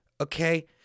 Okay